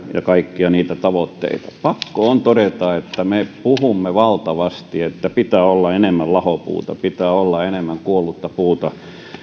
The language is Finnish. kaikkia niitä tavoitteita pakko on todeta että me puhumme valtavasti siitä että pitää olla enemmän lahopuuta pitää olla enemmän kuollutta puuta